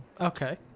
Okay